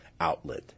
outlet